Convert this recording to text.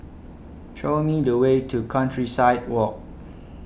Show Me The Way to Countryside Walk